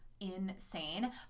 insane